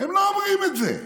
הם לא אומרים את זה.